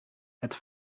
het